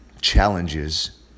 challenges